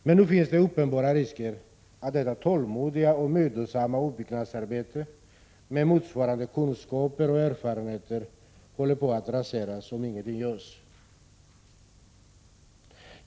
Men nu finns det uppenbara risker att detta tålmodiga och mödosamma uppbyggnadsarbete med motsvarande kunskaper och erfarenheter raseras om ingenting görs.